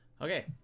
Okay